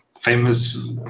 famous